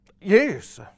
yes